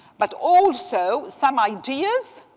but also some ideas,